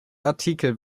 artikel